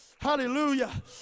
Hallelujah